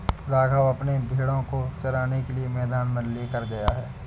राघव अपने भेड़ों को चराने के लिए मैदान में लेकर गया है